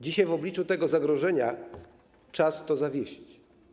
Dzisiaj w obliczu tego zagrożenia czas to zawiesić.